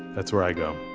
that's where i go